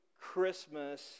Christmas